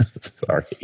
Sorry